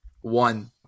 One